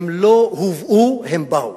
הם לא הובאו, הם באו.